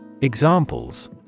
Examples